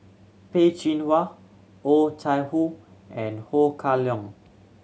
Peh Chin Hua Oh Chai Hoo and Ho Kah Leong